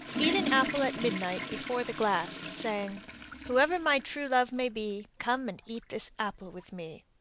eat an apple at midnight before the glass, saying whoever my true love may be, come and eat this apple with me,